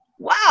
Wow